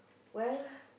well